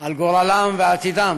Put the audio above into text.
על גורלם ועתידם